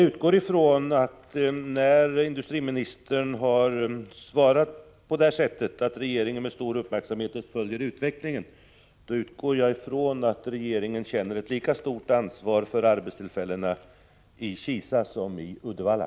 Eftersom industriministern har svarat på det här sättet — att regeringen med stor uppmärksamhet följer utvecklingen — utgår jag ifrån att regeringen känner ett lika stort ansvar för arbetstillfällena i Kisa som i Uddevalla.